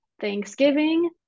Thanksgiving